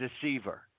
Deceiver